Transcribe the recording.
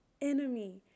enemy